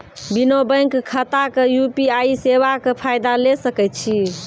बिना बैंक खाताक यु.पी.आई सेवाक फायदा ले सकै छी?